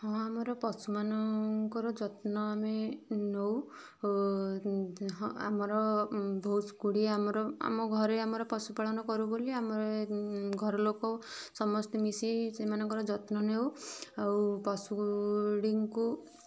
ହଁ ଅମାର ପଶୁ ମାନଙ୍କର ଯତ୍ନ ଆମେ ନେଉ ଆମର ବହୁତ ଗୁଡ଼ିଏ ଆମର ଆମ ଘରେ ଆମର ପଶୁପାଳନ କରୁ ବୋଲି ଆମର ଘର ଲୋକ ସମସ୍ତେ ମିଶି ସେମାନଙ୍କର ଯତ୍ନ ନେଉ ଆଉ ପଶୁ ଗୁଡ଼ିଙ୍କୁ